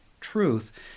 truth